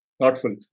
thoughtful